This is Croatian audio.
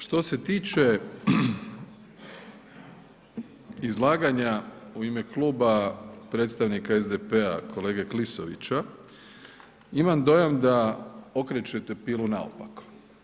Što se tiče izlaganja u ime kluba predstavnika SDP-a kolege Klisovića, imam dojam da okrećete pilu naopako.